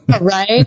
Right